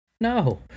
No